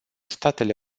statele